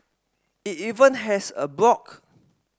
it even has a blog